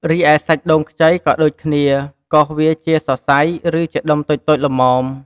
រីឯ សាច់ដូងខ្ចី ក៏ដូចគ្នា កូសវាជាសរសៃ ឬជាដុំតូចៗល្មម។